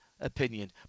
opinion